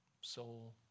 soul